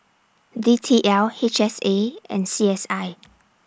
D T L H S A and C S I